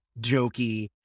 jokey